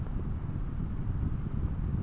পটলের গ্যামোসিস রোগের লক্ষণগুলি কী কী?